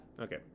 Okay